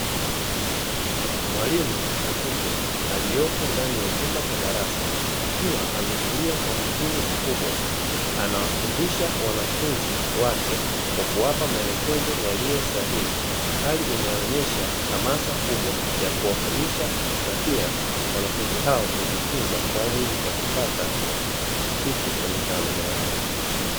Mwalimu wa kike aliyepo ndani ya chumba cha darasa akiwa ametulia kwa umakini mkubwa, anawafundisha wanafunzi wake kwa kuwapa maelekezo yaliyo sahihi. Hali inayoonyesha hamasa kubwa ya kuwafundisha, na pia wanafunzi hao kujifunza kwa ajili ya kupata kitu kwenye taaluma yao.